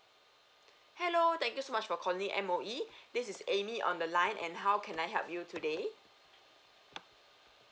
hello thank you so much for calling M _O_E this is amy on the line and how can I help you today